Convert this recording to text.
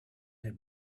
him